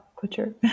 culture